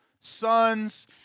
sons